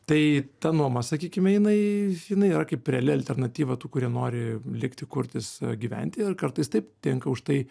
tai ta nuoma sakykime jinai jinai yra kaip reali alternatyva tų kurie nori likti kurtis gyventi ir kartais taip tenka už tai